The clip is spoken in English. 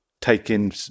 taking